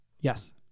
yes